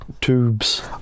tubes